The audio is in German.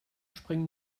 springen